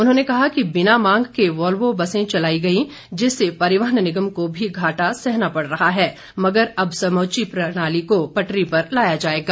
उन्होंने कहा कि बिना मांग के वॉल्वो बसे चलाई गई जिससे परिवहन निगम को भी घाटा सहना पड़ रहा है मगर अब समूची प्रणाली को पटरी पर लाया जाएगा